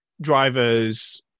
drivers